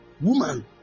woman